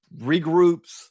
regroups